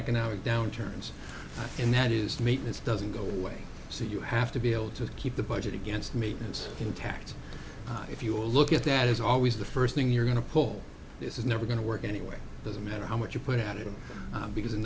economic downturns and that is maintenance doesn't go away so you have to be able to keep the budget against me and intact if you look at that is always the first thing you're going to pull this is never going to work anyway doesn't matter how much you put out it because in